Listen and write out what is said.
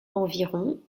environ